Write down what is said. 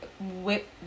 whip